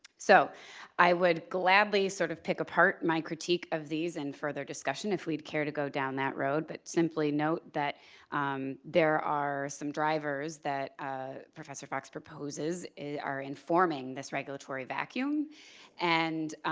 so i would gladly sort of pick apart my critique of these in further discussion if we'd care to go down that road, but simply note that there are some drivers that ah professor fox proposes are informing this regulatory vacuum and